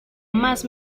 más